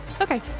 Okay